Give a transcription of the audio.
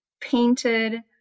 painted